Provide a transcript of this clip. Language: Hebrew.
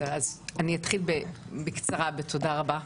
אני אתחיל בקצרה בתודה רבה,